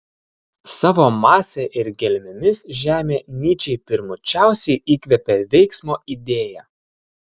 savo mase ir gelmėmis žemė nyčei pirmučiausiai įkvepia veiksmo idėją